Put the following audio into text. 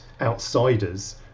outsiders